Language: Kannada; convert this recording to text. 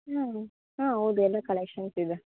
ಹ್ಞೂ ಹಾಂ ಹೌದು ಎಲ್ಲ ಕಲೆಕ್ಷನ್ಸ್ ಇದೆ